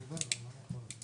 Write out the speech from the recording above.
אולי משרד החוץ יודע לענות לנו.